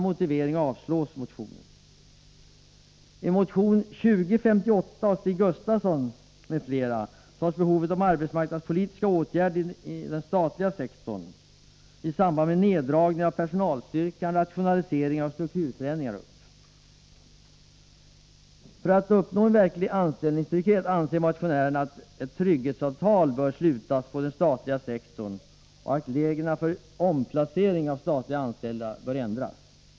För att en verklig anställningstrygghet skall kunna uppnås anser motionärerna att ett trygghetsavtal bör slutas för den statliga sektorn och att reglerna för omplacering av statligt anställda bör ändras.